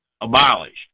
abolished